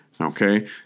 Okay